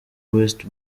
west